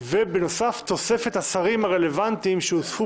ובנוסף תוספת השרים הרלוונטיים שהוספו